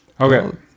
Okay